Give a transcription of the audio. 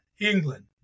England